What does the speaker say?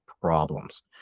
problems